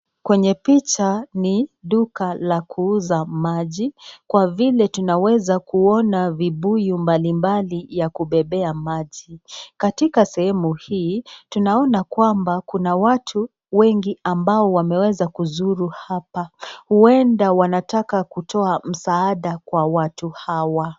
Kwenye picha ni duka la kuuza maji kwa vile tunaweza kuona vibuyu mbalimbali ya kubebea maji. Katika sehemu hii tunaona kwamba kuna watu wengi ambao wameweza kuzuru hapa ueda wanataka kutoa msaada kwa watu hawa.